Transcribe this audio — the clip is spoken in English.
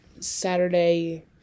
saturday